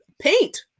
paint